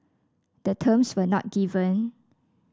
the terms were not given